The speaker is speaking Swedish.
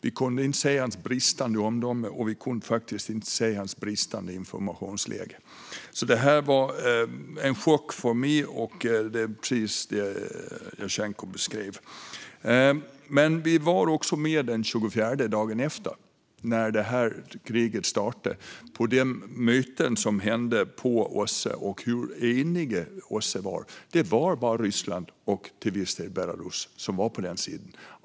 Vi kunde inte se hans bristande omdöme, och vi kunde inte se hans bristande informationsläge. Det här var en chock för mig. Det är precis det som Jasenko Omanovic beskrev. Men vi var också med den 24 februari, dagen efter, när kriget startade. Vi var på de möten som var på OSSE och såg hur enigt OSSE var. Det var bara Ryssland och till viss del Belarus som var på den sidan.